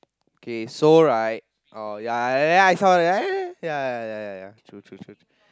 okay so right uh ya I saw that ya ya ya true true true